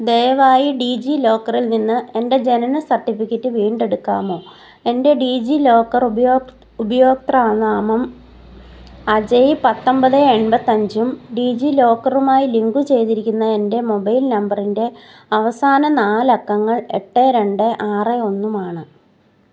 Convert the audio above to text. ദയവായി ഡീജിലോക്കറിൽ നിന്ന് എൻ്റെ ജനന സർട്ടിഫിക്കറ്റ് വീണ്ടെടുക്കാമോ എൻ്റെ ഡീജിലോക്കർ ഉപയോക്തൃനാമം അജയ് പത്തൊമ്പത് എമ്പത്തഞ്ചും ഡിജിലോക്കറുമായി ലിങ്കുചെയ്തിരിക്കുന്ന എൻ്റെ മൊബൈൽ നമ്പറിൻ്റെ അവസാന നാല് അക്കങ്ങൾ എട്ട് രണ്ട് ആറ് ഒന്നുമാണ്